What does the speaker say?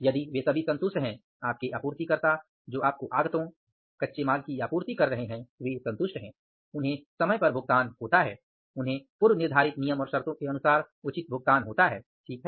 यदि वे सभी संतुष्ट हैं आपके आपूर्तिकर्ता जो आपको आगतों कच्चे माल की आपूर्ति कर रहे हैं वे संतुष्ट हैं उन्हें समय पर भुगतान होता है उन्हें पूर्व निर्धारित नियम और शर्तें के अनुसार उचित भुगतान होता है ठीक है